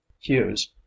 hughes